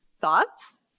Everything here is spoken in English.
Thoughts